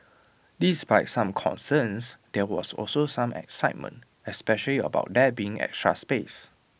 despite some concerns there was also some excitement especially about there being extra space